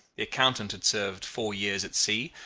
the accountant had served four years at sea,